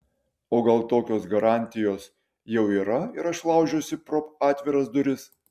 o gal tokios garantijos jau yra ir aš laužiuosi pro atviras duris